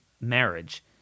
marriage